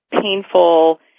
painful